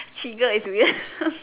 Chigga is weird